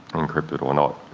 encrypted or not,